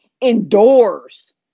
indoors